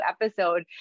episode